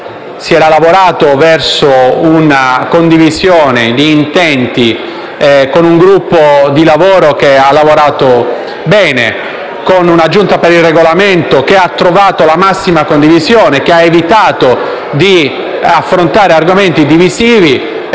abbiamo lavorato verso una condivisione di intenti, con un gruppo di lavoro che ha lavorato bene, con una Giunta per il Regolamento che ha trovato la massima condivisione, evitando di affrontare argomenti divisivi.